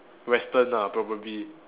Western ah probably